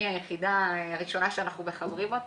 מי היחידה הראשונה אותה אנחנו מחברים.